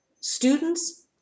Students